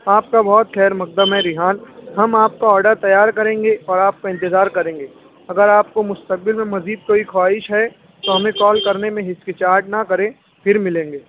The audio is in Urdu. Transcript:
آپ کا بہت خیر مقدم ہے ریحان ہم آپ کا آڈر تیار کریں گے اور آپ کا انتظار کریں گے اگر آپ کو مستقبل میں مزید کوئی خواہش ہے تو ہمیں کال کرنے میں ہچکچاہٹ نہ کریں پھر ملیں گے